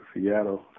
Seattle